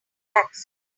accent